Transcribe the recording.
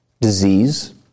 disease